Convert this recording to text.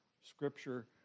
Scripture